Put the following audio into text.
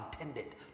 intended